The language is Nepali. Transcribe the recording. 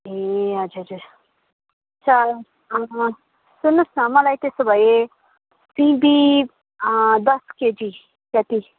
ए हजुर हजुर हुन्छ सुन्नहोस् न मलाई त्यसो भए सिमी दस केजी जति